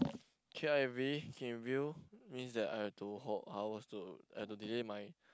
K_I_V keep in view means that I have to hold hours to had to delay my